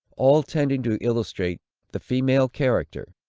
all tending to illustrate the female character,